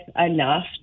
enough